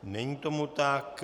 Není tomu tak.